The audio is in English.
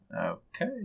Okay